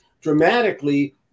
dramatically